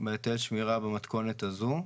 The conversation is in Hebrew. בהיטל שמירה במתכונת הזאת.